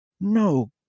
no